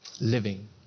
living